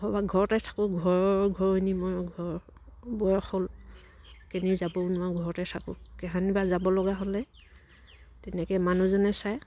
ঘৰতে থাকোঁ ঘৰৰ মই ঘৰ বয়স হ'ল কেনিও যাব নোৱাৰো ঘৰতে থাকোঁ যাব লগা হ'লে তেনেকে মানুহজনে চায়